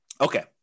Okay